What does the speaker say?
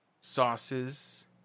sauces